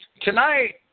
Tonight